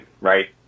right